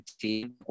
team